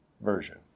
version